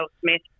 Smith